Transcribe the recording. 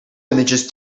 images